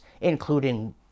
including